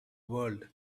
world